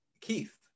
Keith